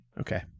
Okay